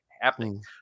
Happening